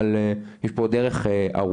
אבל יש פה עוד דרך ארוכה,